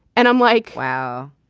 and i'm like, wow,